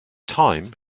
thyme